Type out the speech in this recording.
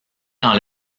dans